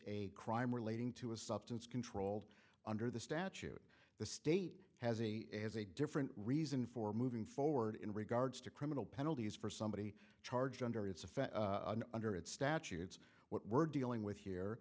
a crime relating to a substance controlled under the statute the state has a has a different reason for moving forward in regards to criminal penalties for somebody charged under its effect and under its statutes what we're dealing with here